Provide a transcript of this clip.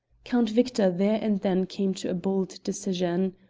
count victor there and then came to a bold decision.